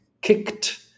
kicked